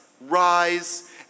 rise